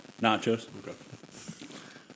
Nachos